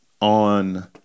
on